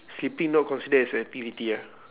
sleeping not considered as an activity ah